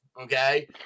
okay